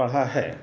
پڑھا ہے